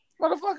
Motherfucker